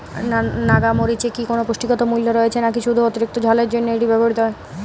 নাগা মরিচে কি কোনো পুষ্টিগত মূল্য রয়েছে নাকি শুধু অতিরিক্ত ঝালের জন্য এটি ব্যবহৃত হয়?